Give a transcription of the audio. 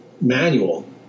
manual